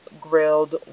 grilled